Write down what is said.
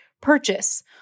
purchase